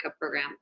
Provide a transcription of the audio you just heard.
Program